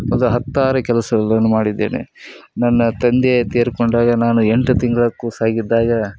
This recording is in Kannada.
ಒಂದು ಹತ್ತಾರು ಕೆಲಸಗಳನ್ನು ಮಾಡಿದ್ದೇನೆ ನನ್ನ ತಂದೆ ತಿರ್ಕೊಂಡಾಗ ನಾನು ಎಂಟು ತಿಂಗಳ ಕೂಸಾಗಿದ್ದಾಗ